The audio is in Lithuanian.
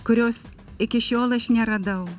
kurios iki šiol aš neradau